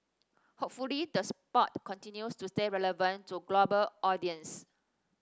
hopefully the sport continues to stay relevant to global audiences